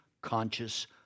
conscious